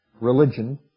religion